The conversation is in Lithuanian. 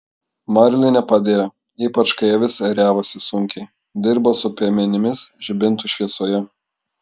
marlinė padėjo ypač kai avis ėriavosi sunkiai dirbo su piemenimis žibintų šviesoje